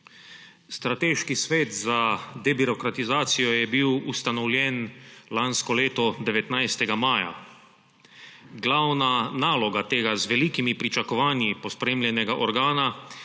Strateški svet za debirokratizacijo je bil ustanovljen lansko leto 19. maja. Glavna naloga tega z velikimi pričakovanji pospremljenega organa